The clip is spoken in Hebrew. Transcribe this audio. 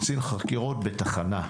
הוא קצין חקירות בתחנה.